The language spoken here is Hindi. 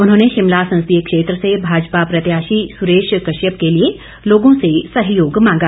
उन्होंने शिमला संसदीय क्षेत्र से भाजपा प्रत्याशी सुरेश कश्यप के लिए लोगों से सहयोग मांगा